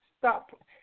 Stop